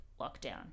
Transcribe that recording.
lockdown